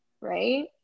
right